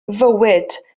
fywyd